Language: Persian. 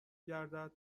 گردد